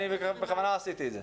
אני בכוונה עשיתי את זה.